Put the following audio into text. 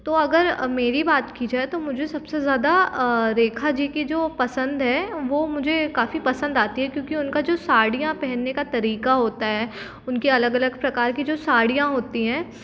तो अगर मेरी बात की जाए तो मुझे सबसे ज़्यादा रेखा जी की जो पसंद है वो मुझे काफ़ी पसंद आती है क्योंकि उनका जो साड़ियाँ पहनने का तरीका होता है उनकी अलग अलग प्रकार की जो साड़ियाँ होती हैं